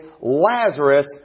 Lazarus